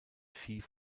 vieh